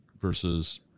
versus